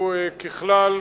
ככלל,